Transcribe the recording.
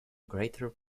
greater